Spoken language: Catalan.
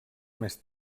més